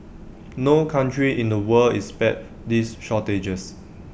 no country in the world is spared these shortages